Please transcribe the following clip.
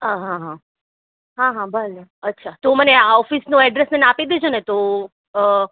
અંહંહં હા હા ભલે અચ્છા તો મને ઓફિસનું એડ્રેસ મને આપી દેજો ને તો અ